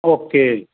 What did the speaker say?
okay